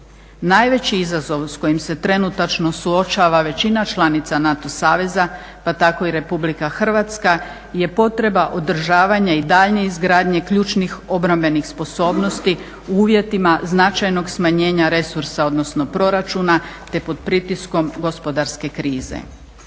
Najveći izazov s kojim se trenutačno suočava većina članica NATO saveza, pa tak i Republika Hrvatska je potreba održavanja i daljnje izgradnje ključnih obrambenih sposobnosti u uvjetima značajnog smanjenja resursa, odnosno proračuna te pod pritiskom gospodarske krize.